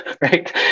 right